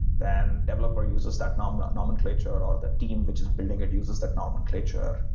then developer uses that and um that nomenclature or that team which is building it uses that nomenclature,